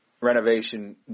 renovation